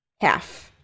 half